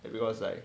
because like